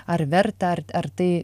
ar verta ar ar tai